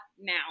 now